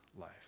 life